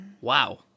wow